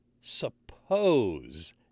suppose